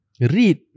read